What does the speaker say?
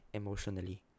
emotionally